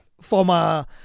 former